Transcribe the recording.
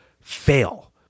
fail